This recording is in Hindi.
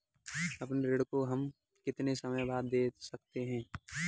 अपने ऋण को हम कितने समय बाद दे सकते हैं?